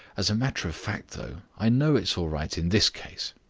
as a matter of fact, though, i know it's all right in this case.